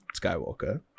Skywalker